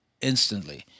instantly